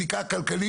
כשעושים בדיקה כלכלית,